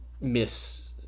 miss